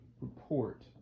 report